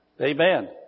Amen